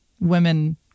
women